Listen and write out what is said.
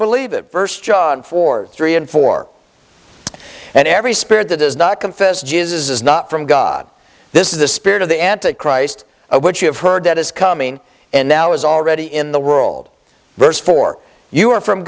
believe that verse john for three and four and every spirit that is not confess jesus is not from god this is the spirit of the anti christ which you have heard that is coming and now is already in the world verse for you are from